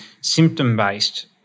symptom-based